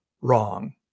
wrong